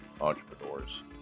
Entrepreneurs